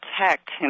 protect